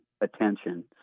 attention